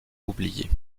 oublié